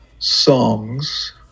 songs